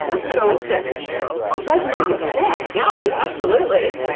so fantastic. it's resonating. yeah yeah, absolutely.